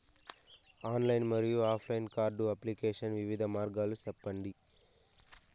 Online మరియు offline card application వివిధ మార్గాలు సెప్పండి?